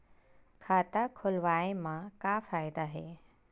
खाता खोलवाए मा का फायदा हे